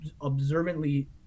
observantly